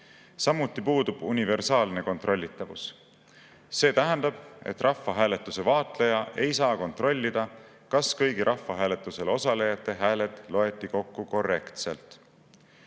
Samuti puudub universaalne kontrollitavus. See tähendab, et rahvahääletuse vaatleja ei saa kontrollida, kas kõigi rahvahääletusel osalejate hääled loeti kokku korrektselt.